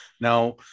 Now